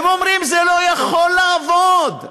הם אומרים: זה לא יכול לעבוד.